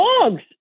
dogs